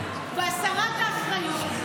העיניים והסרת האחריות.